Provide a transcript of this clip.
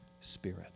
spirit